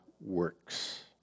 works